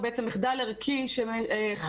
הוא בעצם מחדל ערכי חמור,